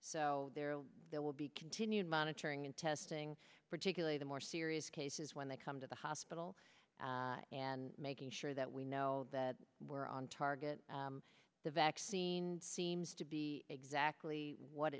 so there will be continued monitoring and testing particularly the more serious cases when they come to the hospital and making sure that we know that we're on target the vaccine seems to be exactly what